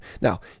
Now